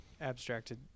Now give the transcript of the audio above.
abstracted